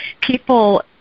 People